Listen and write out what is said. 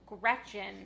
Gretchen